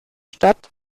stadt